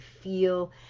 feel